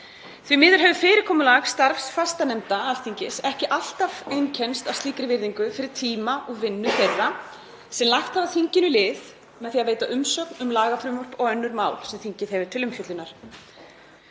Því miður hefur fyrirkomulag starfs fastanefnda Alþingis ekki alltaf einkennst af slíkri virðingu fyrir tíma og vinnu þeirra sem lagt hafa þinginu lið með því að veita umsagnir um lagafrumvörp og önnur mál sem þingið hefur til umfjöllunar.